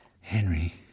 Henry